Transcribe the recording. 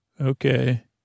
okay